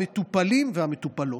המטופלים והמטופלות.